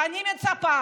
ואני מצפה